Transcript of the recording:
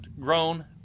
grown